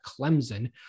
clemson